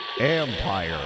Empire